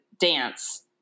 dance